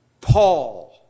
Paul